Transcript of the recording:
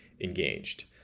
engaged